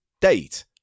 date